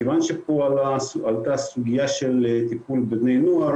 מכיוון שפה עלתה סוגיית טיפול בבני נוער